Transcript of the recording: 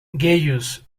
gaius